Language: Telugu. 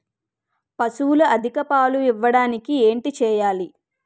పశువులు అధిక పాలు ఇవ్వడానికి ఏంటి చేయాలి